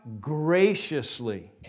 graciously